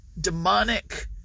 demonic